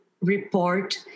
report